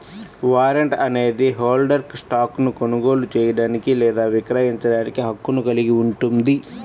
warrant అనేది హోల్డర్కు స్టాక్ను కొనుగోలు చేయడానికి లేదా విక్రయించడానికి హక్కును కలిగి ఉంటుంది